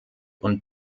und